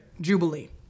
Jubilee